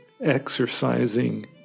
exercising